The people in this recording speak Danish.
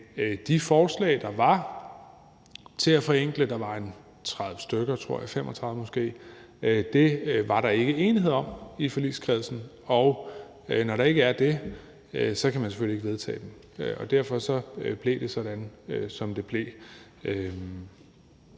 de forslag, der var, om at forenkle – der var måske en 30-35 stykker, tror jeg – var der ikke enighed om i forligskredsen, og når der ikke er det, kan man selvfølgelig ikke vedtage dem, og derfor blev det, sådan som det blev.